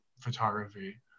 photography